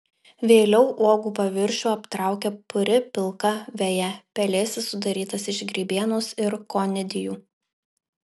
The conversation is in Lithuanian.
vėliau uogų paviršių aptraukia puri pilka veja pelėsis sudarytas iš grybienos ir konidijų